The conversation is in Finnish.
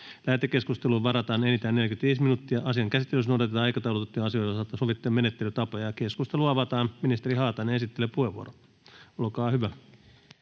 Lähetekeskusteluun varataan enintään 45 minuuttia. Asian käsittelyssä noudatetaan aikataulutettujen asioiden osalta sovittuja menettelytapoja. — Keskustelu avataan. Ministeri Haatainen, esittelypuheenvuoro, olkaa hyvä.